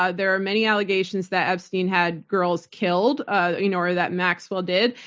ah there are many allegations that epstein had girls killed ah you know or that maxwell did.